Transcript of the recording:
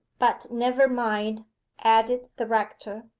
but never mind added the rector,